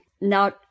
Now